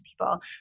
people